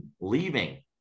leaving